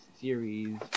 series